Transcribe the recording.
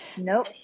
Nope